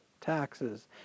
taxes